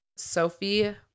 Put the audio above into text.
Sophie